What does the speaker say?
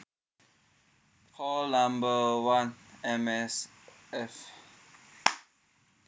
call number one M_S_F